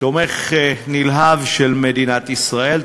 תומך נלהב במדינת ישראל.